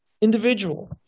individual